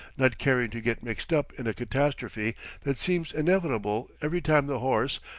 not caring to get mixed up in a catastrophe that seems inevitable every time the horse,